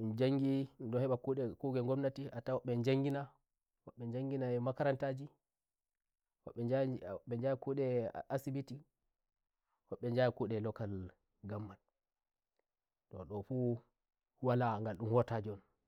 njangi ndun nden he mba "kugel kugel" ngomnatiatawai wobbe e njanginawobbe njanginai makarantawobbe "njahai wobbe njahai" kude asibiti wobbe njahai kude local governmentto ndo fu